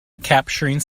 capturing